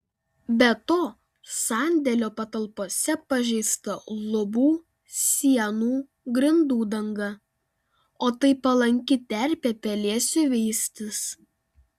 be to sandėlio patalpose pažeista lubų sienų grindų danga o tai palanki terpė pelėsiui veistis